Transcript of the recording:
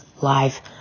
live